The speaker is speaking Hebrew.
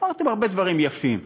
אמרתם הרבה דברים יפים,